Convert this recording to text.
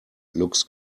looks